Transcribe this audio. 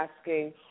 asking